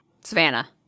savannah